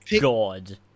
god